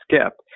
skipped